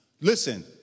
Listen